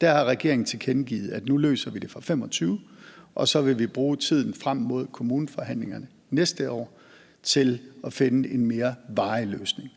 Der har regeringen tilkendegivet, at nu løser vi det for 2025, og så vil vi bruge tiden frem mod kommuneforhandlingerne næste år til at finde en mere varig løsning.